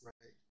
Right